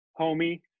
homie